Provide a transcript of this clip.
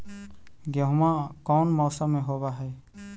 गेहूमा कौन मौसम में होब है?